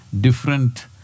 different